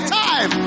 time